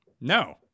No